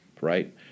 right